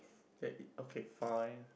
okay fine